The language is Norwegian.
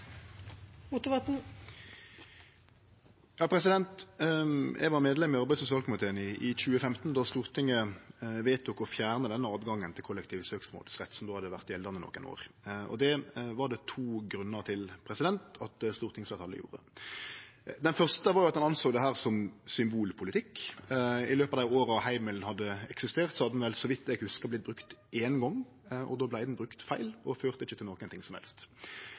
Eg var medlem i arbeids- og sosialkomiteen i 2015 då Stortinget vedtok å fjerne åtgangen til kollektiv søksmålsrett, som då hadde vore gjeldande nokre år. Det var det to grunnar til at stortingsfleirtalet gjorde. Den første var at ein såg på dette som symbolpolitikk. I løpet av dei åra heimelen hadde eksistert, hadde han – så vidt eg hugsar – vorte brukt éin gong, og då vart han brukt feil, og førte ikkje til noko som helst.